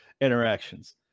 interactions